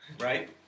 Right